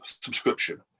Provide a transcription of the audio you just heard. subscription